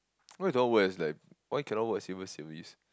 why you don't want work as like why you cannot work as civil service